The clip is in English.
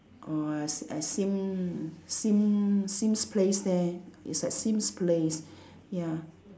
orh at s~ at Sim Sim Sims place there it's at Sims Place ya